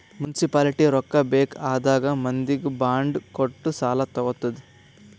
municipality ರೊಕ್ಕಾ ಬೇಕ್ ಆದಾಗ್ ಮಂದಿಗ್ ಬಾಂಡ್ ಕೊಟ್ಟು ಸಾಲಾ ತಗೊತ್ತುದ್